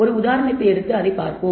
ஒரு உதாரணத்தை எடுத்து அதைப் பார்ப்போம்